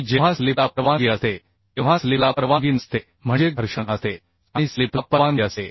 आणि जेव्हा स्लिपला परवानगी असते तेव्हा स्लिपला परवानगी नसते म्हणजे घर्षण असते आणि स्लिपला परवानगी असते